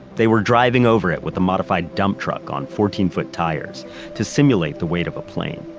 they were driving over it with a modified dump truck on fourteen foot tires to simulate the weight of a plane.